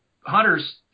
hunters